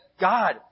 God